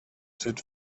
said